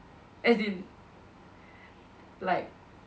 as in like